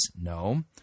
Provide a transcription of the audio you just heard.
No